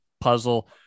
puzzle